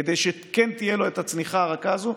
כדי שכן תהיה לו את הצניחה הרכה הזו.